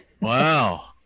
wow